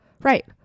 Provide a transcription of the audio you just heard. Right